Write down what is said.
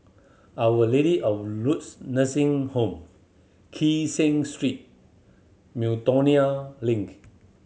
Our Lady of Lourdes Nursing Home Kee Seng Street Miltonia Link